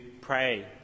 pray